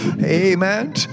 Amen